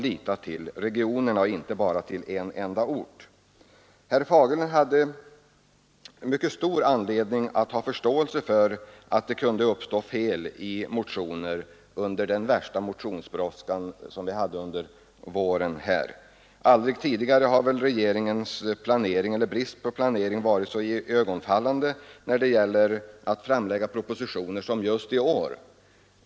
Herr Fagerlund har mycket stor anledning att hysa förståelse för att det kunde uppstå fel i motioner under den värsta motionsbrådskan under våren. Aldrig tidigare har väl regeringens brist på planering varit så iögonfallande när det gäller att framlägga propositioner som just i år.